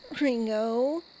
Ringo